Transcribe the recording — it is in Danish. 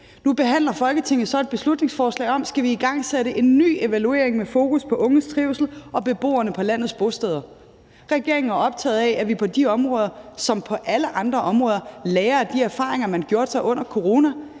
Nu behandler Folketinget så et beslutningsforslag om, om vi skal igangsætte en ny evaluering med fokus på unges trivsel og beboerne på landets bosteder. Regeringen er optaget af, at vi på de områder, som på alle andre områder, lærer af de erfaringer, man gjorde sig under corona.